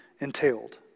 entailed